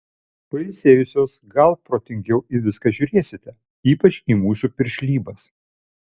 pailsėjusios gal protingiau į viską žiūrėsite ypač į mūsų piršlybas